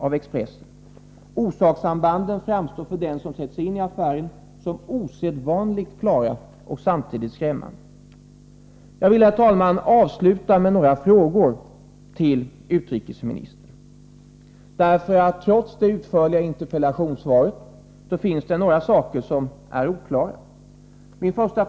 För den som sätter sig in i affären framstår orsakssambanden som osedvanligt klara och samtidigt som skrämmande. Herr talman! Avslutningvis några frågor till utrikesministern. Trots det utförliga interpellationssvaret finns det nämligen några saker som fortfarande är oklara.